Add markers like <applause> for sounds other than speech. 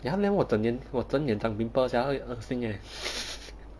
ya then 我整年我整脸长 pimple sia 很恶心 leh <laughs>